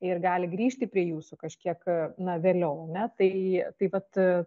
ir gali grįžti prie jūsų kažkiek na vėliau ne tai tai vat